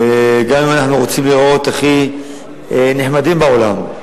גם אם אנחנו רוצים להיראות הכי נחמדים בעולם,